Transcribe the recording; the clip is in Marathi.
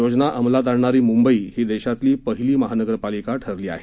योजना अंमलात आणणारी मुंबई ही देशातली पहिली महानगरपालिका ठरली आहे